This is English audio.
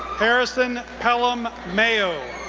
harrison pelham mayo,